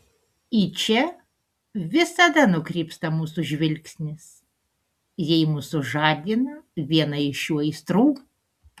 į čia visada nukrypsta mūsų žvilgsnis jei mus sužadina viena iš šių aistrų